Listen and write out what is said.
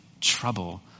trouble